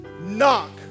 knock